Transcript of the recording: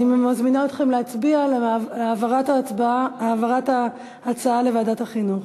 אני מזמינה אתכם להצביע על העברת ההצעה לוועדת החינוך.